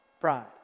Pride